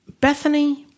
Bethany